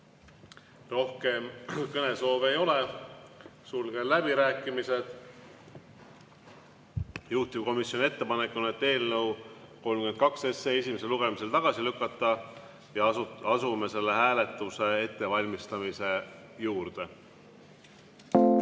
Rohkem kõnesoove ei ole. Sulgen läbirääkimised. Juhtivkomisjoni ettepanek on eelnõu 32 esimesel lugemisel tagasi lükata. Asume selle hääletuse ettevalmistamise juurde. Head